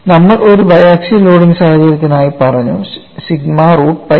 നമ്മൾ ഒരു biaxial loading സാഹചര്യത്തിനായി പറഞ്ഞു സിഗ്മ റൂട്ട് പൈ a